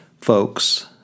folks